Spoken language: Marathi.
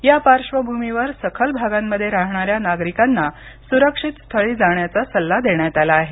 या पार्श्वभूमीवर सखल भागांमध्ये राहणाऱ्या नागरिकांना सुरक्षित स्थळी जाण्याचा सल्ला देण्यात आला आहे